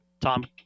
Tom